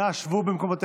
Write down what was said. אנא, שבו במקומותיכם.